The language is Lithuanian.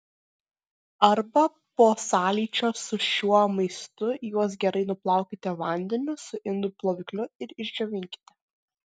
arba po sąlyčio su šiuo maistu juos gerai nuplaukite vandeniu su indų plovikliu ir išdžiovinkite